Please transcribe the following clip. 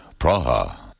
Praha